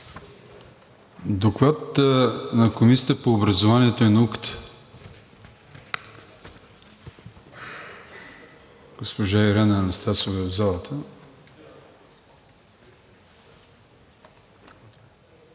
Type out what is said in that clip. гласа „за” Комисията по образованието и науката